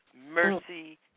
mercy